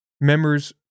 members